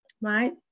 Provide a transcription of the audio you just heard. right